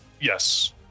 yes